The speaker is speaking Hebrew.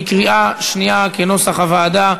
בקריאה שנייה, כנוסח הוועדה.